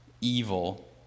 evil